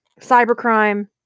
cybercrime